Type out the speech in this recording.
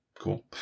Cool